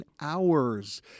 hours